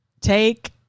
take